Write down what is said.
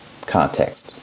context